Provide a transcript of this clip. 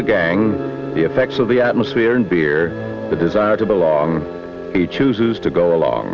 the gang the effects of the atmosphere and beer the desire to belong he chooses to go along